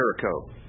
Jericho